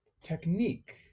technique